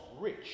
rich